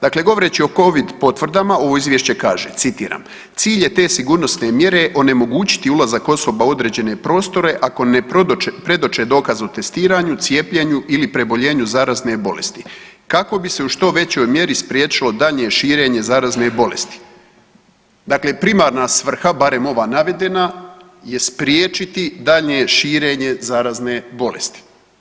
Dakle, govoreći o covid potvrdama ovo izvješće kaže, citiram: „Cilj je te sigurnosne mjere onemogućiti ulazak osoba u određene prostore ako ne predoče dokaz o testiranju, cijepljenju ili preboljenju zarazne bolesti kako bi se u što većoj mjeri spriječilo daljnje širenje zarazne bolesti.“ Dakle, primarna svrha barem ova navedena je spriječiti daljnje širenje zarazne bolesti.